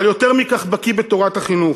אבל יותר מכך, בקי בתורת החינוך,